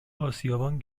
اسیابان